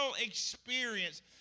experience